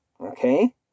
okay